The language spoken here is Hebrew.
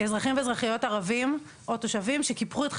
סוגיית הירי,